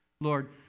Lord